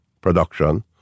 production